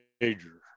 major